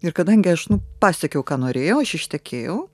ir kadangi aš pasiekiau ką norėjau aš ištekėjau